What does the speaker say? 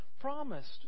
promised